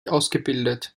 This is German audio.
ausgebildet